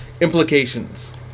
implications